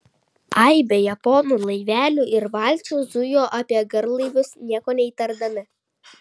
aibė japonų laivelių ir valčių zujo apie garlaivius nieko neįtardami